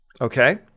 okay